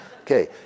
Okay